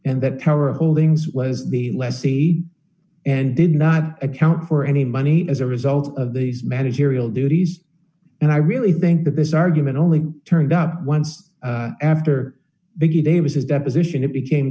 and that our holdings was the lessee and did not account for any money as a result of these managerial duties and i really think that this argument only turned up once after big davis's deposition it became